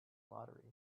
lottery